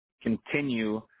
continue